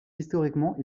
historiquement